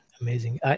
Amazing